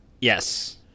Yes